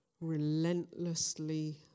relentlessly